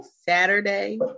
Saturday